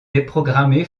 déprogrammée